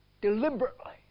deliberately